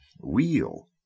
Wheel